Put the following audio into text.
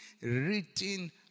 written